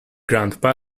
grandpa